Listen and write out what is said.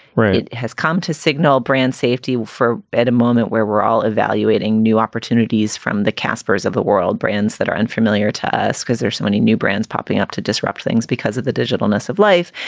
right. has come to signal brand safety for at a moment where we're all evaluating new opportunities from the kasper's of the world brands that are unfamiliar to us because there are so many new brands popping up to disrupt things because of the digital ness of life.